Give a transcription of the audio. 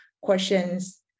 questions